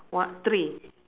what three